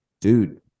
Dude